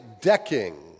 decking